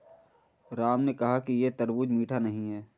राम ने कहा कि यह तरबूज़ मीठा नहीं है